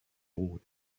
board